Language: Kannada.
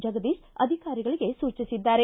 ಜಗದೀಶ್ ಅಧಿಕಾರಿಗಳಿಗೆ ಸೂಚಿಸಿದ್ದಾರೆ